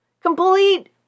Complete